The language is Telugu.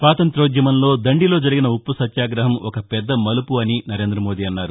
స్వాతంత్ర్యోద్యమంలో దండిలో జరిగిన ఉప్పు సత్యాగహం ఒక పెద్ద మలుపు అని నరేంద్రమోదీ అన్నారు